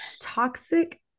toxic